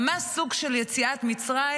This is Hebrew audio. ממש סוג של יציאת מצרים,